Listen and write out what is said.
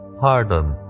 pardon